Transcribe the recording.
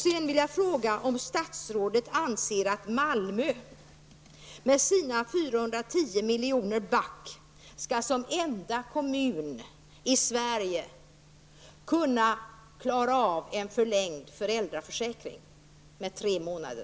Slutligen: Anser statsrådet att Malmö kommun med ett underskott om 410 milj.kr. som enda kommun i landet skall klara en förlängning av föräldraförsäkringen med tre månader?